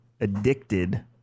addicted